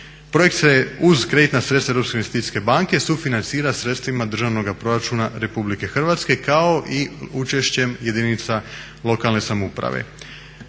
Projekt se uz kreditna sredstva Europske investicijske banke sufinancira sredstvima državnog proračuna Republike Hrvatske, kao i učešćem jedinica lokalne samouprave.